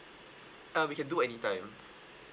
uh we can do any time